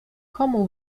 komu